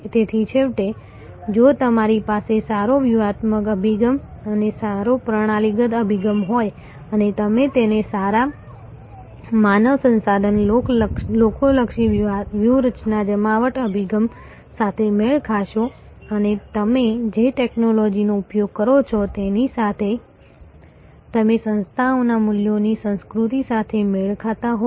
તેથી છેવટે જો તમારી પાસે સારો વ્યૂહાત્મક અભિગમ અને સારો પ્રણાલીગત અભિગમ હોય અને તમે તેને સારા માનવ સંસાધન લોકોલક્ષી વ્યૂહરચના જમાવટ અભિગમ સાથે મેળ ખાશો અને તમે જે ટેક્નોલોજીનો ઉપયોગ કરો છો તેની સાથે તમે સંસ્થાઓના મૂલ્યોની સંસ્કૃતિ સાથે મેળ ખાતા હોવ